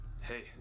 Hey